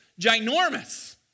ginormous